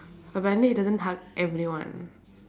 apparently he doesn't hug everyone